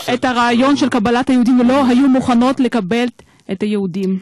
הרעיון של קבלת היהודים ולא היו מוכנות לקבל את היהודים.